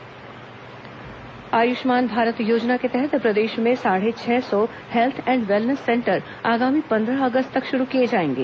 Ayushman wellness centre Ayushman Bharat योजना के तहत प्रदेश में साढ़े छह सौ हेल्थ एंड वेलनेस सेंटर आगामी पंद्रह अगस्त तक शुरू किए जाएंगे